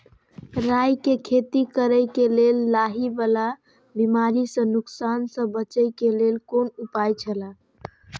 राय के खेती करे के लेल लाहि वाला बिमारी स नुकसान स बचे के लेल कोन उपाय छला?